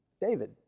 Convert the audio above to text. David